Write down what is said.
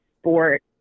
sport